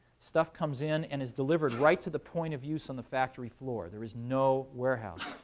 stuff comes in, and is delivered right to the point of use on the factory floor. there is no warehouse.